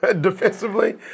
defensively